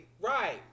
right